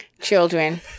children